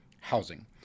housing